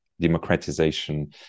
democratization